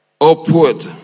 upward